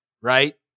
right